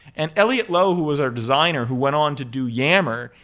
and elliott lowe who was our designer who went on to do yammer,